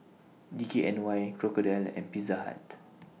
D K N Y Crocodile and Pizza Hut